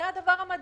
זה הדבר המדהים.